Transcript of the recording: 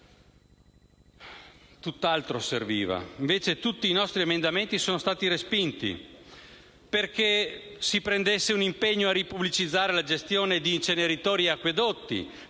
Tutt'altro serviva. Tutti i nostri emendamenti sono stati respinti: perché si prendesse un impegno a ripubblicizzare la gestione di inceneritori e acquedotti;